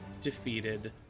defeated